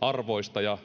arvoista ja